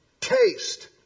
Taste